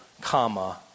comma